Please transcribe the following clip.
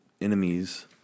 enemies